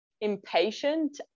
impatient